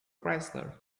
chrysler